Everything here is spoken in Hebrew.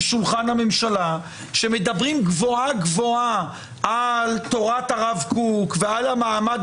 שולחן הממשלה שמדברים גבוהה-גבוהה על תורת הרב קוק ועל המעמד